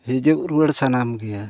ᱦᱤᱡᱩᱜ ᱨᱩᱣᱟᱹᱲ ᱥᱟᱱᱟᱢ ᱜᱮᱭᱟ